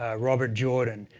ah robert jordan,